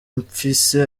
mfise